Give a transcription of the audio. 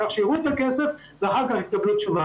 כך שהם יראו את הכסף ואחר כך יקבלו תשובה.